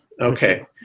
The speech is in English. Okay